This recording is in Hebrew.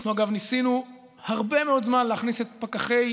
אגב, אנחנו ניסינו הרבה מאוד זמן להכניס את פקחי